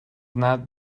not